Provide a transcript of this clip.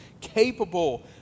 capable